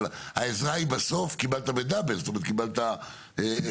את העזרה בסוף קיבלת בדאבל שני אנשים,